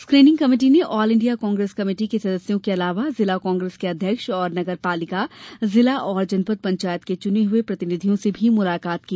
screening committee ने all India Congress committee के सदस्यों के अलावा जिला कांग्रेस के अध्यक्ष और नगर पालिका जिला और जनपद पंचायत के चुने हुए प्रतिनिधियों से मुलाकात की